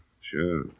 Sure